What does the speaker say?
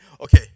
Okay